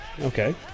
okay